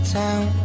town